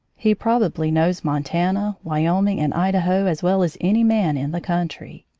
he probably knows montana, wyoming, and idaho as well as any man in the country.